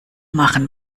machen